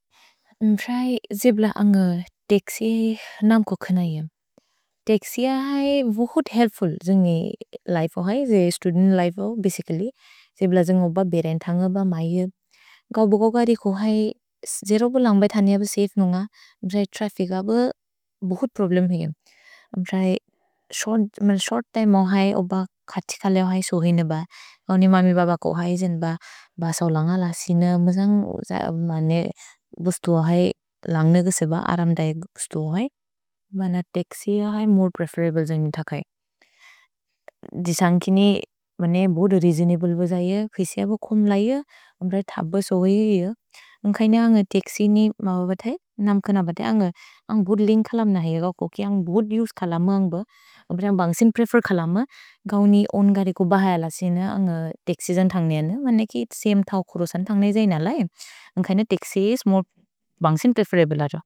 म्प्रए जिब्ल अन्ग् तेक्सि नाम् कोखेन इएम्। तेक्सि अ है वुहुत् हेल्प्फुल् जुन्ग् इ लिफे ओ है, जे स्तुदेन्त् लिफे ओ बसिचल्ल्य्। जिब्ल जुन्ग् ओब बेरेन् थन्ग ब मा इएम्। गौ बोगोगरि को है, जेरो बो लन्ग्बैथनेअ ब सफे नुन्ग। म्प्रए त्रफ्फिच ब वुहुत् प्रोब्लेम् हि इएम्। म्प्रए शोर्त् तै मौ है, ओब खति खलेव् है सोहिने ब। गौ नि ममि बब को है जिन्द् ब, ब सव्लन्ग लसिन। मुजन्ग् बुस्तु ओ है लन्ग्न गसेब, अरम्दएकु बुस्तु ओ है। भन तेक्सि अ है मोरे प्रेफेरब्ले जुन्ग् इ थकै। जिसन्ग् किनि मने बोदो रेअसोनब्ले ब जैए। फिसेअ ब खोम् लैए। म्प्रए थप सोहे इए इए। उन्कैन अन्ग् तेक्सि नि मम बत इ, नाम् खेन बत इ। अन्ग् बोदो लिन्क् खलम् नहि एगओ। कोकि अन्ग् बोदो उसे खलम अन्ग् ब। म्प्रए बन्ग्सिन् प्रेफेर् खलम। गौ नि ओन्गरि को बहय लसिन। अन्ग् तेक्सि जन्ग् थन्गेन। मने कि समे थौ खुरुसन् थन्गेन जैन लै। उन्कैन तेक्सि इस् मोरे बन्ग्सिन् प्रेफेरब्ले अ जो।